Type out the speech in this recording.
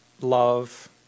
love